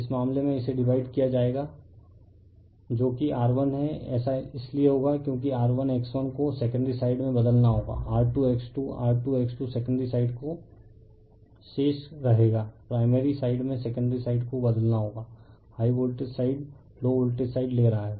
इस मामले में इसे डिवाइड किया जाएगा जो कि R1 है ऐसा इसलिए होगा क्योंकि R1X1 को सेकेंडरी साइड में बदलना होगा R2X2R2X2 सेकेंडरी साइड को शेष रहेगा प्राइमरी साइड में सेकेंडरी साइड को बदलना होगा high voltage side low voltage side ले रहा है